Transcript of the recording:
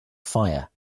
fire